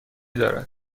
دارد